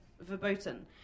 verboten